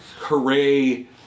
hooray